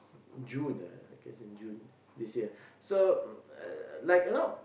June ah I guess in June this year so like a lot